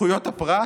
זכויות הפרט?